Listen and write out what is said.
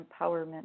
Empowerment